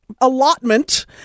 allotment